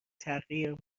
تغییر